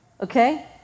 okay